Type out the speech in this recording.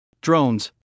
Drones